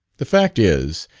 the fact is,